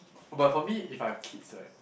but for me if I have kids right